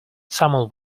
someone